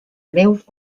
greus